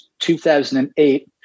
2008